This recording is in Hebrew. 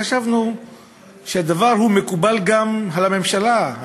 חשבנו שהדבר מקובל גם על הממשלה.